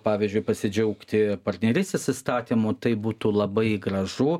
pavyzdžiui pasidžiaugti partnerystės įstatymu tai būtų labai gražu